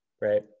right